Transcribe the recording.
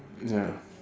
ya